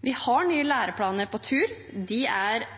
Vi har nye læreplaner på tur. De er